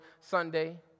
Sunday